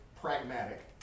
pragmatic